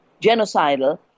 Genocidal